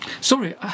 Sorry